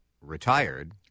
retired